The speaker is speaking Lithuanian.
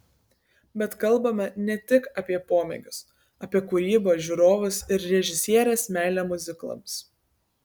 bet kalbame ne tik apie pomėgius apie kūrybą žiūrovus ir režisierės meilę miuziklams